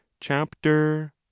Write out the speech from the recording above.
chapter